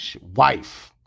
Wife